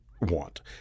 want